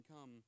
come